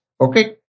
Okay